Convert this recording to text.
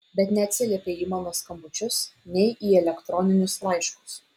bet neatsiliepei į mano skambučius nei į elektroninius laiškus